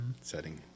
setting